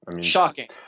shocking